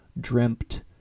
dreamt